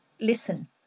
listen